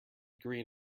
green